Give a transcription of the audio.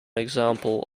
example